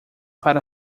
para